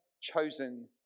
chosen